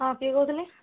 ହଁ କିଏ କହୁଥିଲେ